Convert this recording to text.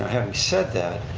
having said that,